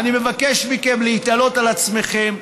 אני מבקש מכם להתעלות על עצמכם.